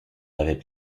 l’avait